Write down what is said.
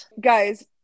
guys